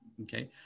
Okay